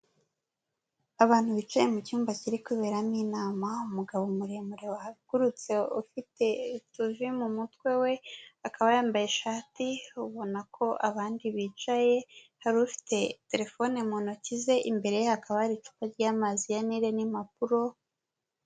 Abantu bicaye mu cyumba kiri kuberamo inama, umugabo muremure wahagurutse ufite utuvi mu mutwe we akaba yambaye ishati ubona ko abandi bicaye hari ufite telefone mu ntoki ze imbere ye hakaba hari icupa ry'amazi ya Nile n'impapuro.